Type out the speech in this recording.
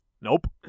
Nope